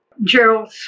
Gerald